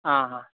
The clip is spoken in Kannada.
ಹಾಂ ಹಾಂ